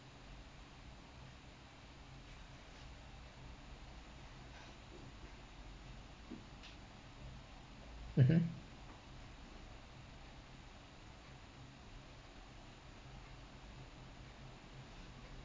mmhmm